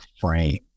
frame